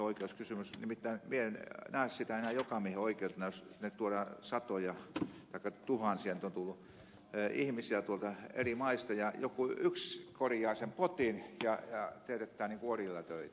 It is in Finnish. nimittäin minä en näe sitä enää jokamiehenoikeutena jos tänne tuodaan satoja taikka tuhansia nyt on tullut ihmisiä eri maista ja yksi korjaa sen potin ja teetättää niin kuin orjilla töitä